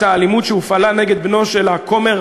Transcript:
את האלימות שהופעלה נגד בנו של הכומר,